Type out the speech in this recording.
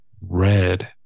Red